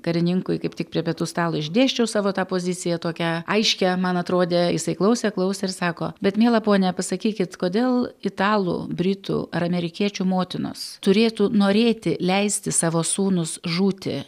karininkui kaip tik prie pietų stalo išdėsčiau savo tą poziciją tokią aiškią man atrodė jisai klausė klausė ir sako bet miela ponia pasakykit kodėl italų britų ar amerikiečių motinos turėtų norėti leisti savo sūnus žūti